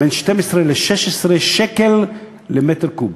בין 12 ל-16 שקל למ"ק,